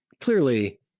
Clearly